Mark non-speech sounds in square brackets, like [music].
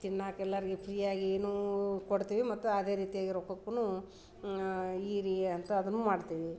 ತಿನ್ನಕ್ಕ ಎಲ್ಲರ್ಗೆ ಫ್ರೀ ಆಗಿ ಏನು ಕೊಡ್ತೀವಿ ಮತ್ತು ಅದೇ ರೀತಿಯಾಗಿ ರೊಕ್ಕಕ್ಕೂನು [unintelligible] ಅಂತ ಅದೂ ಮಾಡ್ತೀವಿ